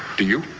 do you?